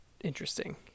interesting